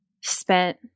spent